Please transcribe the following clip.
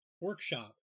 workshop